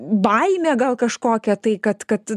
baimė gal kažkokia tai kad kad